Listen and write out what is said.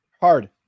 hard